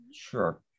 Sure